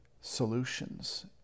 solutions